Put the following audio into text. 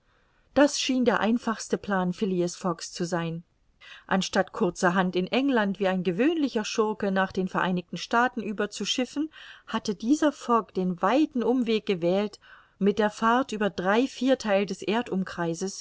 das schien der einfachste plan phileas fogg's zu sein anstatt kurzer hand in england wie ein gewöhnlicher schurke nach den vereinigten staaten überzuschiffen hatte dieser fogg den weiten umweg gewählt mit der fahrt über drei viertheil des